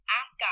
ask